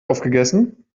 aufgegessen